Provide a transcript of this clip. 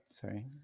sorry